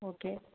okay